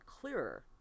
clearer